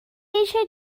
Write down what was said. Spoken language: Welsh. eisiau